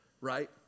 right